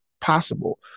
possible